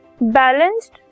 balanced